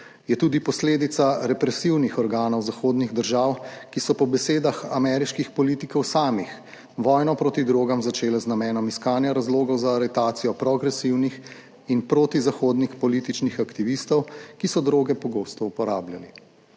je tudi posledica represivnih organov zahodnih držav, ki so po besedah ameriških politikov samih 93. TRAK: (SC) – 20.30 (nadaljevanje) proti drogam začeli z namenom iskanja razlogov za aretacijo progresivnih in protizahodnih političnih aktivistov, ki so droge pogosto uporabljali.